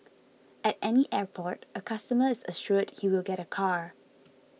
at any airport a customer is assured he will get a car